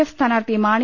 F സ്ഥാനാർത്ഥി മാണി